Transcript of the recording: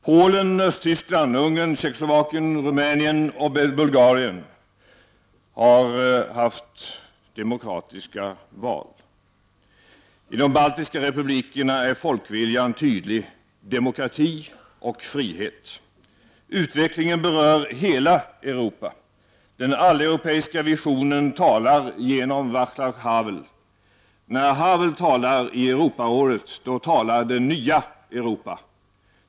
Polen, Östtyskland, Ungern, Tjeckoslovakien, Rumänien och Bulgarien har haft demokratiska val. I de baltiska republikerna är folkviljan tydlig; demokrati och frihet. Utvecklingen berör hela Europa. Den alleuropeiska visionen talar genom Vaclav Havel. När Havel talar i Europarådet, då talar det nya Europa.